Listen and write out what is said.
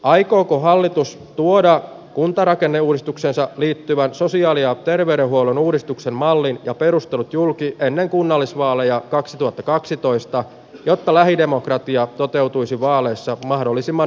aikooko hallitus tuoda kuntarakenneuudistuksensa liittyvät sosiaali ja terveydenhuollon uudistuksen mallin ja perustanut julki ennen kunnallisvaaleja kaksituhattakaksitoista jotta lähidemokratia toteutuisi vaaleissa mahdollisimman